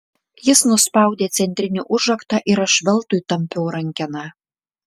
jis nuspaudė centrinį užraktą ir aš veltui tampiau rankeną